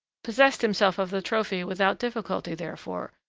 possessed himself of the trophy without difficulty, therefore,